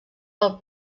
pel